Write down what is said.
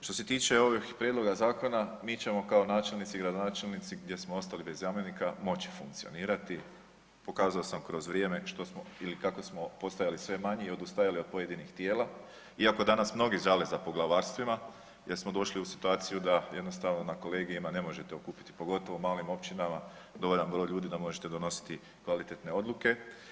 Što se tiče ovih prijedloga zakona, mi ćemo kao načelnici, gradonačelnici gdje smo ostali bez zamjenika moći funkcionirati, pokazao sam kroz vrijeme kako smo postajali sve manji i odustajali od pojedinih tijela, iako danas mnogi žale za poglavarstvima jer smo došli u situaciju da na kolegijima ne možete okupiti, pogotovo u malim općinama dovoljan broj ljudi da možete donositi kvalitetne odluke.